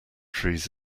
trees